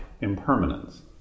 impermanence